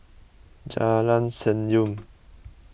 Jalan Senyum